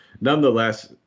Nonetheless